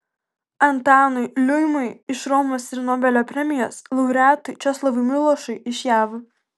antanui liuimai iš romos ir nobelio premijos laureatui česlovui milošui iš jav